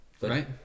right